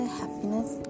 happiness